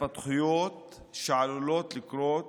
מההתפתחויות שעלולות לקרות